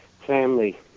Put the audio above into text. family